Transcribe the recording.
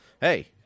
hey